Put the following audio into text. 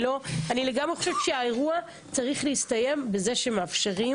אני לגמרי חושבת שהאירוע צריך להסתיים בזה שמאפשרים